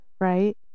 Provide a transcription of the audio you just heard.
Right